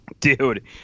Dude